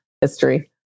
history